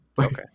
okay